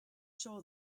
sure